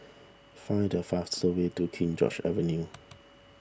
find the fastest way to King George's Avenue